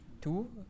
two